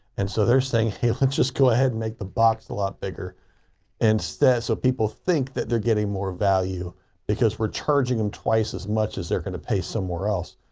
and so they're saying, hey, let's just go ahead and make the box a lot bigger instead so people think that they're getting more value because we're charging them twice as much as they're going to pay somewhere else.